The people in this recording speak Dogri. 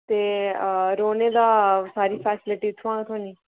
ते रौंह्ने दा सारी फैसिलिटी उत्थुआं गै थ्होनी